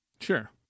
Sure